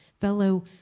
fellow